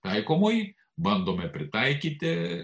taikomoji bandome pritaikyti